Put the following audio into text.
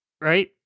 right